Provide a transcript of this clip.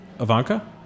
Ivanka